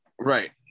Right